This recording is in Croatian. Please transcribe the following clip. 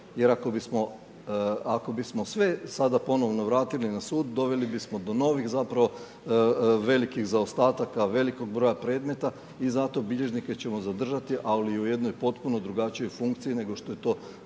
Jer ako bismo sve sada ponovno vratili na sud, doveli bismo do novih zapravo velikih zaostataka, velikog broja predmeta i zato bilježnike ćemo zadržati, ali u jednoj potpuno drugačijoj funkciji nego što je to